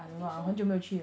I think so